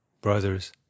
Brothers